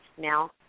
Now